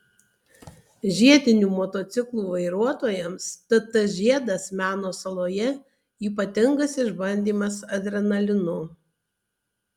žiedinių motociklų vairuotojams tt žiedas meno saloje ypatingas išbandymas adrenalinu